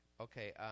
Okay